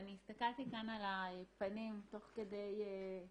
ואני הסתכלתי כאן על הפנים תוך כדי השעתיים